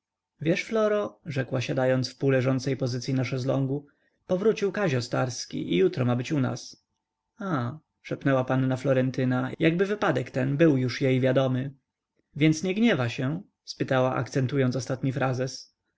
wiesz floro rzekła siadając wpół leżącej pozycyi na szeslągu powrócił kazio starski i jutro ma być u nas aaa szepnęła panna florentyna jakby wypadek ten był już jej wiadomy więc nie gniewa się spytała akcentując ostatni frazes